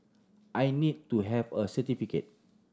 I need to have a certificate